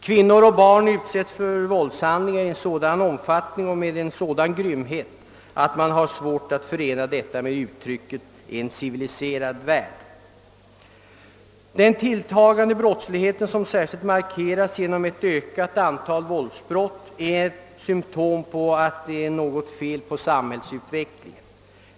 Kvinnor och barn utsätts för våldshandlingar i sådan omfattning och med sådan grymhet att man har svårt att förena detta med uttrycket »en civiliserad värld». Den tilltagande brottsligheten, som särskilt markeras genom ett ökat antal våldsbrott, är ett symptom på att det är något fel på samhällsutvecklingen.